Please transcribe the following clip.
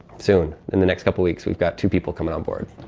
soon. in the next couple weeks, we've got two people coming on board.